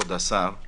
כבוד השר,